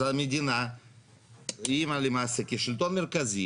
אז המדינה היא למעשה כשלטון מרכזי